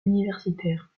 universitaires